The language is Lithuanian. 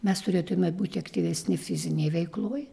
mes turėtume būti aktyvesni fizinėj veikloj